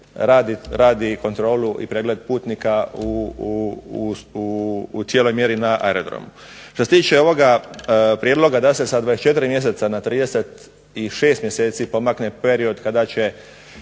radi kontrolu i pregled putnika u cijeloj mjeri na aerodromu. Što se tiče ovoga prijedloga da se sa 24 mjeseca na 36 mjeseci pomakne period kada će